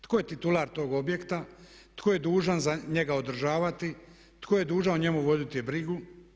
Tko je titular tog objekta, tko je dužan njega održavati, tko je dužan o njemu voditi brigu?